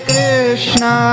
Krishna